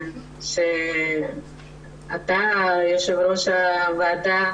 שאתה יושב ראש הוועדה